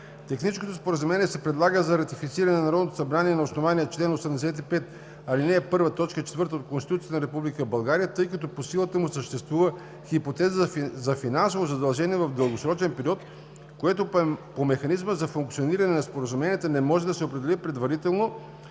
Техническото споразумение се предлага за ратифициране от Народното събрание на основание чл. 85, ал. 1, т. 4 от Конституцията на Република България, тъй като по силата му съществува хипотеза за финансово задължение в дългосрочен период, което по механизма за функциониране на споразуменията не може да се определи предварително